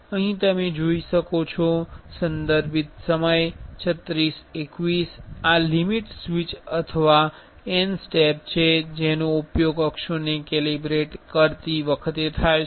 અહીં તમે જોઈ શકો છો આ લિમિટ સ્વીચ અથવા n સ્ટેપ છે જેનો ઉપયોગ અક્ષોને કેલિબ્રેટ કરતી વખતે થાય છે